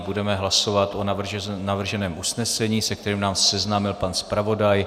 Budeme hlasovat o navrženém usnesení, se kterým nás seznámil pan zpravodaj.